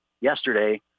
yesterday